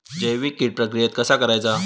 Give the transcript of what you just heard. जैविक कीड प्रक्रियेक कसा करायचा?